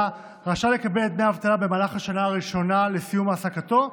רשאי לקבל את דמי האבטלה במהלך השנה הראשונה לסיום העסקתו,